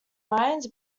mines